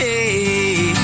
Hey